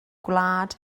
gwlad